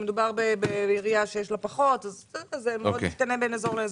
זה משתנה מאזור לאזור.